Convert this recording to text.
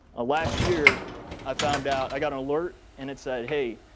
ah last year i found out i got an alert and it said, hey,